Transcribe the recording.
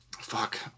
fuck